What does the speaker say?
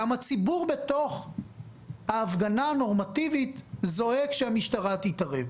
גם הציבור בתוך ההפגנה הנורמטיבית זועק שהמשטרה תתערב,